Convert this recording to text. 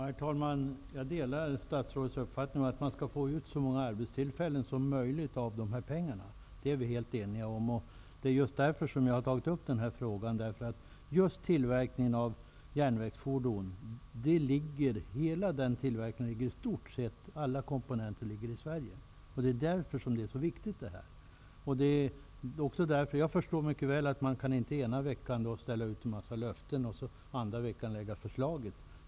Herr talman! Jag delar statsrådets uppfattning att det gäller att få ut så många arbetstillfällen som möjligt av de här pengarna. Det är vi helt eniga om. Anledningen till att jag har tagit upp den här frågan är att i stort sett hela tillverkningen av komponenter för just järnvägsfordon ligger i Sverige. Därför är frågan så viktig. Jag förstår mycket väl att man inte ena veckan kan ställa ut en mängd löften för att den andra veckan lägga fram förslag.